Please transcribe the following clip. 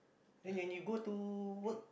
then when you go to work